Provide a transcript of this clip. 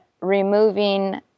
removing